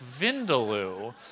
vindaloo